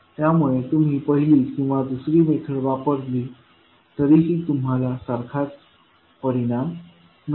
त्यामुळे तुम्ही पहिली किंवा दुसरी मेथड वापरली तरीही तुम्हाला सारखाच परिणाम मिळेल